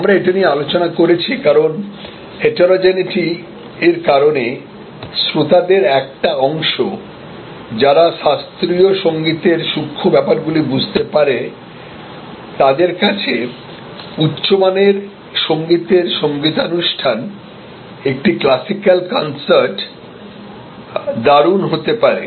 আমরা এটি নিয়ে আলোচনা করেছি কারণ হেতেরোজেনেইটি র কারণে শ্রোতাদের একটি অংশ যারা শাস্ত্রীয় সংগীতের সূক্ষ্ম ব্যাপারগুলি গুলি বুঝতে পারে তাদের কাছে উচ্চমানের সংগীতের সংগীতানুষ্ঠান একটি ক্লাসিকাল কনসার্ট দারুন হতে পারে